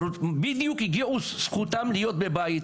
בדיוק הגיעה זכותם להיות בבית,